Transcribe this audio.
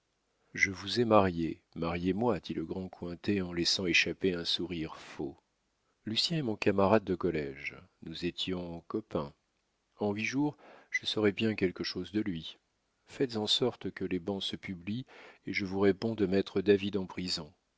je vous ai marié mariez moi dit le grand cointet en laissant échapper un sourire faux lucien est mon camarade de collége nous étions copins en huit jours je saurai bien quelque chose de lui faites en sorte que les bans se publient et je vous réponds de mettre david en prison